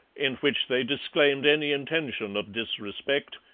in which they disclaimed any intention of disrespect,